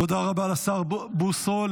תודה רבה לשר בוסו.